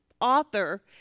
author